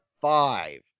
five